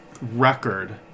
record-